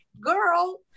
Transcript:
girl